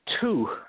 two